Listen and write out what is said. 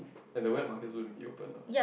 and the wet market is gonna be open lah